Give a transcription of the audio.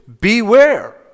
Beware